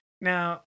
Now